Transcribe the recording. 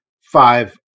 five